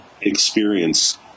experience